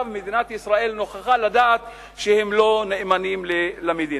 מדינת ישראל נוכחה לדעת שהם לא נאמנים למדינה.